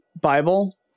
Bible